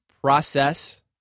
process